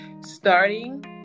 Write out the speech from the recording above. starting